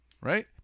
right